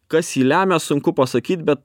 kas jį lemia sunku pasakyt be